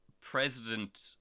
president